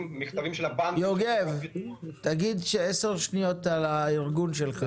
תגיד משהו על הארגון שלך.